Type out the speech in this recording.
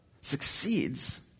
succeeds